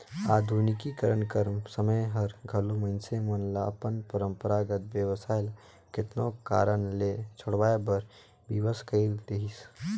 आधुनिकीकरन कर समें हर घलो मइनसे मन ल अपन परंपरागत बेवसाय ल केतनो कारन ले छोंड़वाए बर बिबस कइर देहिस